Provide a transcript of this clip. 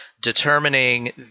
determining